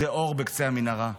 זה אור בקצה המנהרה.